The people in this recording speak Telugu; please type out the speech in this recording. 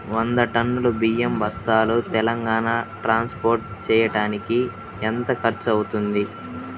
వంద టన్నులు బియ్యం బస్తాలు తెలంగాణ ట్రాస్పోర్ట్ చేయటానికి కి ఎంత ఖర్చు అవుతుంది?